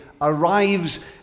arrives